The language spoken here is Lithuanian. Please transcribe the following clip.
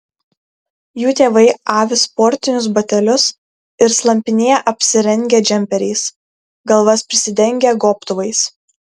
jų tėvai avi sportinius batelius ir slampinėja apsirengę džemperiais galvas prisidengę gobtuvais